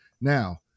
Now